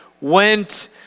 went